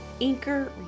anchor